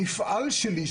המפעל שלי,